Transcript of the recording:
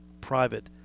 private